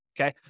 okay